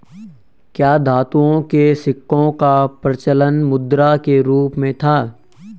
क्या धातुओं के सिक्कों का प्रचलन मुद्रा के रूप में था?